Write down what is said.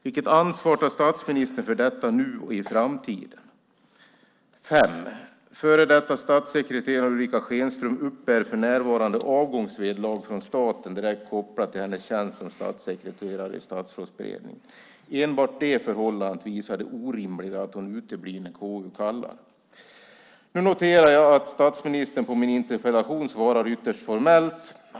Vilket ansvar tar statsministern för detta nu och i framtiden? 5. Före detta statssekreteraren Ulrica Schenström uppbär för närvarande avgångsvederlag från staten direkt kopplat till hennes tjänst som statssekreterare i Statsrådsberedningen. Enbart det förhållandet visar det orimliga i att hon uteblir när KU kallar. Jag noterar att statsministern på min interpellation svarar ytterst formellt.